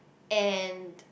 and